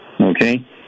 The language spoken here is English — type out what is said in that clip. okay